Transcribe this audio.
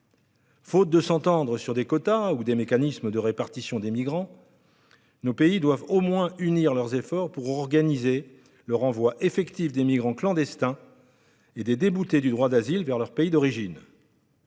Faute de s'entendre sur des quotas ou des mécanismes de répartition des migrants, nos pays doivent au moins unir leurs efforts pour organiser le renvoi effectif des migrants clandestins et des déboutés du droit d'asile vers leur pays d'origine.